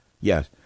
Yes